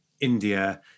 India